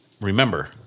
Remember